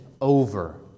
over